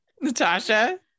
Natasha